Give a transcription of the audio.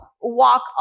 walk